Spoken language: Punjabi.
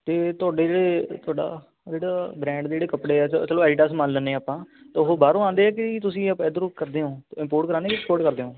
ਅਤੇ ਤੁਹਾਡੇ ਜਿਹੜੇ ਤੁਹਾਡਾ ਜਿਹੜਾ ਬਰੈਂਡ ਜਿਹੜੇ ਕੱਪੜੇ ਆ ਚ ਚਲੋ ਐਡੀਦਾਸ ਮੰਨ ਲੈਂਦੇ ਹਾਂ ਆਪਾਂ ਤਾਂ ਉਹ ਬਾਹਰੋਂ ਆਉਂਦੇ ਹੈ ਕਿ ਤੁਸੀਂ ਅਪ ਇੱਧਰੋਂ ਕਰਦੇ ਹੋ ਇੰਪੋਰਟ ਕਰਾਉਂਦੇ ਜਾਂ ਐਕਸਪੋਰਟ ਕਰਦੇ ਹੋ